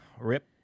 Rip